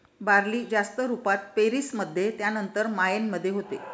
barley जास्त रुपात पेरीस मध्ये त्यानंतर मायेन मध्ये होते